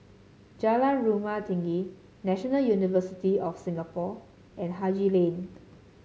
Jalan Rumah Tinggi National University of Singapore and Haji Lane